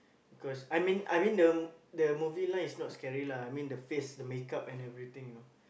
because I mean I mean the the movie line is not scary lah I mean the face the make up and everything you know